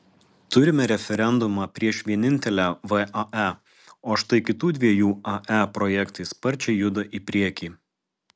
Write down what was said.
turime referendumą prieš vienintelę vae o štai kitų dviejų ae projektai sparčiai juda į priekį